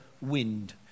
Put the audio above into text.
wind